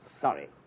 sorry